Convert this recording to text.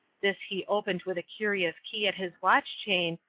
this he opened with a curious key at his watch-chain,